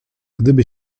gdyby